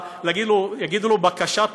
יגידו לו: בבקשה,